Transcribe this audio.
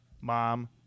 Mom